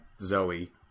Zoe